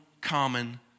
common